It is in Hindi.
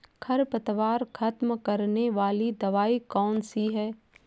खरपतवार खत्म करने वाली दवाई कौन सी है?